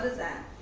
that?